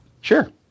Sure